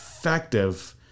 effective